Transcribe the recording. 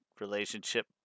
relationship